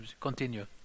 Continue